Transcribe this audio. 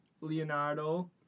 Leonardo